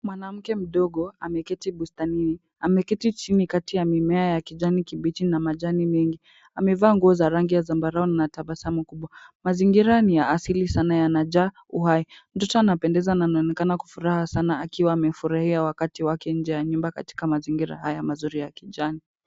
Mwanamke mdogo ameketi bustanini. Ameketi chini kati ya mimea ya kijani kibichi na majani mengi. Amevaa nguo za rangi ya zambarau na tabasamu kubwa. Mazingira ni ya asili sana yanajaa uhai. Mtoto anapendeza na anaonekana kwa furaha sana akiwa amefurahia wakati wake nje ya nyumba katika mazingira haya ya kijani.